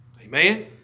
Amen